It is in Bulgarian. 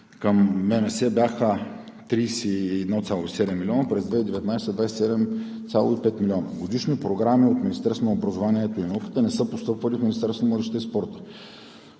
спорта бяха 31,7 милиона, през 2019 г. – 27,5 милиона. Годишни програми от Министерството на образованието и науката не са постъпвали в Министерството на младежта и спорта.